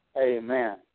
Amen